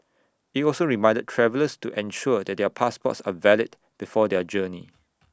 IT also reminded travellers to ensure that their passports are valid before their journey